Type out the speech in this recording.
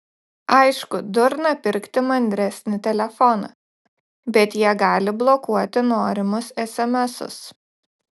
aišku durna pirkti mandresnį telefoną bet jie gali blokuoti norimus esemesus